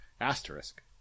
asterisk